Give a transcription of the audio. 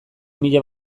mila